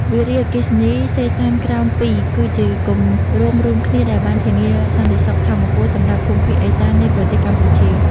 វារីអគ្គិសនីសេសានក្រោម ២ គឺជាគម្រោងរួមគ្នាដែលជួយធានាសន្តិសុខថាមពលសម្រាប់ភូមិភាគឥសាន្តនៃប្រទេសកម្ពុជា។